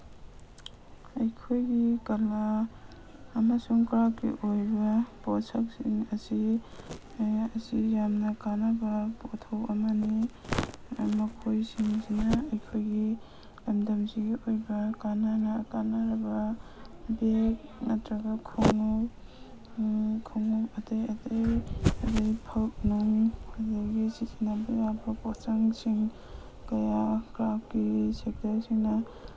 ꯑꯩꯈꯣꯏꯒꯤ ꯀꯂꯥ ꯑꯃꯁꯨꯡ ꯀ꯭ꯔꯥꯐꯀꯤ ꯑꯣꯏꯕ ꯄꯣꯠꯁꯛꯁꯤꯡ ꯑꯁꯤ ꯌꯥꯝꯅ ꯀꯥꯟꯅꯕ ꯄꯣꯠꯊꯣꯛ ꯑꯃꯅꯤ ꯃꯈꯣꯏꯁꯤꯡꯁꯤꯅ ꯑꯩꯈꯣꯏꯒꯤ ꯂꯝꯗꯝꯁꯤꯒꯤ ꯑꯣꯏꯕ ꯀꯥꯟꯅꯅ ꯀꯥꯟꯅꯔꯕ ꯕꯦꯒ ꯅꯠꯇ꯭ꯔꯒ ꯈꯣꯡꯎꯞ ꯈꯣꯡꯎꯞ ꯑꯇꯩ ꯑꯇꯩ ꯑꯗꯒꯤ ꯐꯛ ꯅꯨꯡ ꯑꯗꯒꯤ ꯁꯤꯖꯤꯟꯅꯕ ꯌꯥꯕ ꯄꯣꯠꯆꯪꯁꯤꯡ ꯀꯌꯥ ꯀ꯭ꯔꯥꯐꯀꯤ ꯁꯦꯛꯇꯔꯁꯤꯅ